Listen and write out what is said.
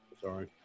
sorry